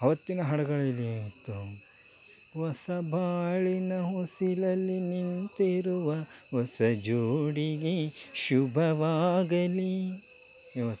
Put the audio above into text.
ಆವತ್ತಿನ ಹಾಡುಗಳು ಏನಿತ್ತು ಹೊಸ ಬಾಳಿನ ಹೊಸಿಲಲಿ ನಿಂತಿರುವ ಹೊಸ ಜೋಡಿಗೆ ಶುಭವಾಗಲಿ ಇವತ್ತು